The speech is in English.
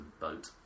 boat